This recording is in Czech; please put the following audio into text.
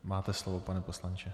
Máte slovo, pane poslanče.